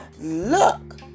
look